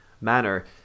manner